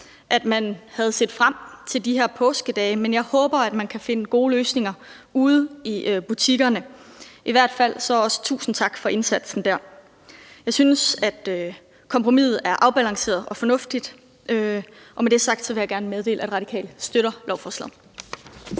at man havde set frem til de her påskedage. Men jeg håber, at man kan finde gode løsninger ude i butikkerne. I hvert fald også tusind tak for indsatsen der. Jeg synes, at kompromiset er afbalanceret og fornuftigt, og med det sagt vil jeg gerne meddele, at Radikale støtter lovforslaget.